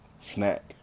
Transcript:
snack